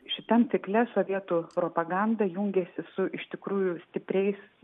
šitam cikle sovietų propaganda jungiasi su iš tikrųjų stipriais